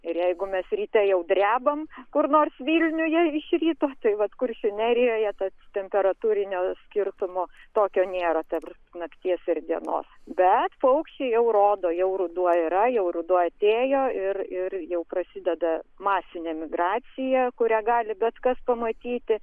ir jeigu mes ryte jau drebam kur nors vilniuje iš ryto tai vat kuršių nerijoje tas temperatūrinio skirtumo tokio nėra tarp nakties ir dienos bet paukščiai jau rodo jau ruduo yra jau ruduo atėjo ir ir jau prasideda masinė migracija kurią gali bet kas pamatyti